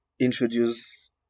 introduce